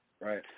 right